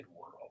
world